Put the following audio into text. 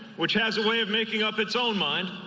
which has a way of making up its own mind.